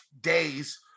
days